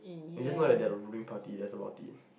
you just know that they are the ruling party that's about it